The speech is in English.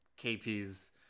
KP's